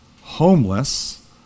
homeless